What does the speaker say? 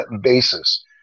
basis